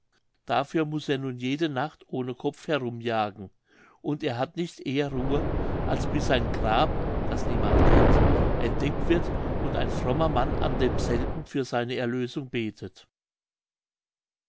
dafür muß er nun jede nacht ohne kopf herumjagen und er hat nicht eher ruhe als bis sein grab das niemand kennt entdeckt wird und ein frommer mann an demselben für seine erlösung betet